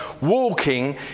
walking